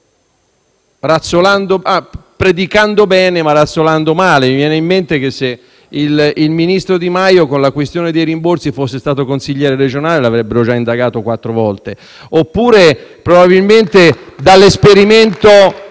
predicando bene, ma razzolando male. Mi viene in mente infatti che se il ministro Di Maio con la questione dei rimborsi fosse stato consigliere regionale l'avrebbero già indagato quattro volte. *(Applausi dal Gruppo